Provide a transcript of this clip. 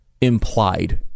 implied